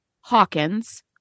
Hawkins